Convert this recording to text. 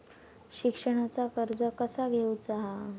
शिक्षणाचा कर्ज कसा घेऊचा हा?